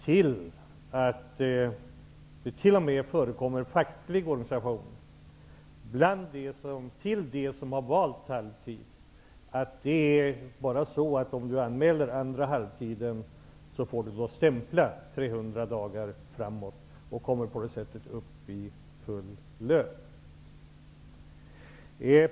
Det föreslås t.o.m. från fackligt håll att de som har valt halvtid skall anmäla den andra halvtiden så att de får stämpla 300 dagar framåt. De kommer på det sättet upp i full lön.